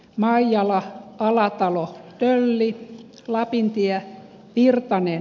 maijala alatalo käveli lapintie virtanen